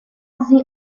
sie